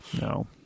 No